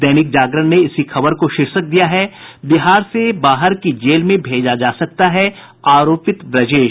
दैनिक जागरण ने इसी खबर को शीर्षक दिया है बिहार से बाहर की जेल में भेजा जा सकता है आरोपित ब्रजेश